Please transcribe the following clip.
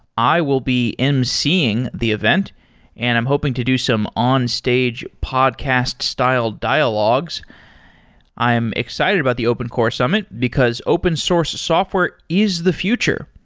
i will be emceeing the event and i'm hoping to do some onstage podcast-styled dialogues i am excited about the open core summit, because open source software is the future.